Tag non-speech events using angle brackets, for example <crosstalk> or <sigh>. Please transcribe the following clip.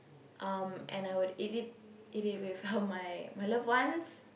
um and I would eat it eat it with uh <laughs> my love ones